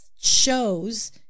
shows